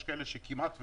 יש כאלה שכמעט ולא.